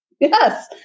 Yes